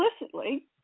explicitly